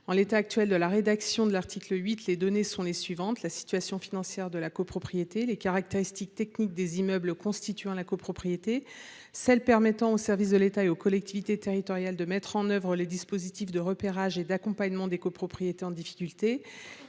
En l’état actuel de sa rédaction, il s’agit des données relatives à la situation financière de la copropriété, des caractéristiques techniques des immeubles constituant la copropriété, des données permettant aux services de l’État et aux collectivités territoriales de mettre en œuvre les dispositifs de repérage et d’accompagnement des copropriétés en difficulté